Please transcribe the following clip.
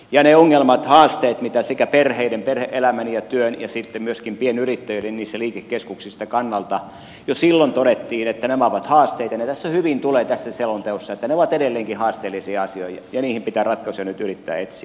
jane ongelmat haasteet mitä sekä perheiden perhe elämän ja työn ja sitten myöskin niissä liikekeskuksissa olevien pienyrittäjien kannalta jo silloin todettiin että nämä ovat haasteita ja se hyvin tulee esiin tässä selonteossa että ne ovat edelleenkin haasteellisia asioita ja niihin pitää ratkaisuja nyt yrittää etsiä